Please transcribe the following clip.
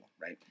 right